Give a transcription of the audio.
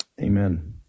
Amen